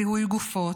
זיהוי גופות,